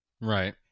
Right